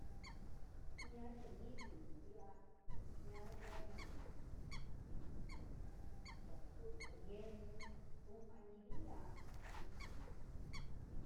Iha yenindii hu iha nian ye'e, ujun ujun yetu viko ye'e unu kunga ñindii ndia.